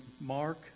Mark